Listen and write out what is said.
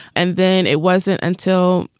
and then it wasn't until,